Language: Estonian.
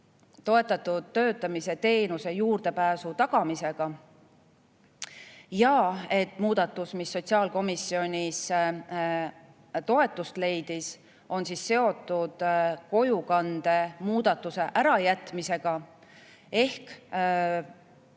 toetatud töötamise teenusele juurdepääsu tagamisega ja muudatus, mis sotsiaalkomisjonis toetust leidis, on seotud kojukande muudatuse ärajätmisega. Ehk